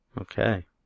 Okay